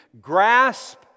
Grasp